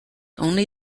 only